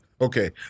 Okay